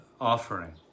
offering